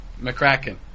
McCracken